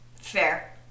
Fair